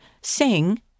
Sing